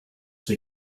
they